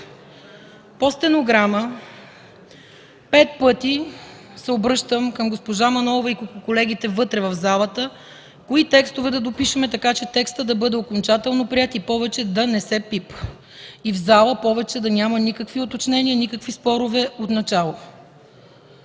по стенограма път пъти се обръщам към госпожа Манолова и колегите вътре в залата кои текстове да допишем, така че текстът да бъде окончателно приет и повече да не се пипа, и в залата да няма повече никакви уточнения, никакви спорове отначало.